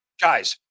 Guys